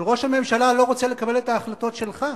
אבל ראש הממשלה לא רוצה לקבל את ההחלטות שלך.